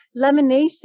lamination